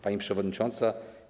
Pani Przewodnicząca!